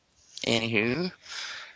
anywho